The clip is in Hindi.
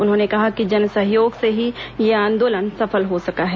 उन्होंने कहा कि जनसहयोग से ही यह आंदोलन सफल हो सका है